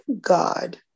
God